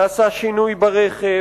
ונעשה שינוי ברכב,